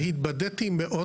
והתבדיתי מאוד